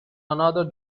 another